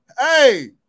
Hey